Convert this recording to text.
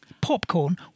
Popcorn